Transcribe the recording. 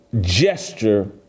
gesture